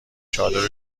چادر